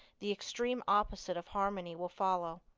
the extreme opposite of harmony will follow,